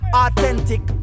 authentic